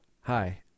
Hi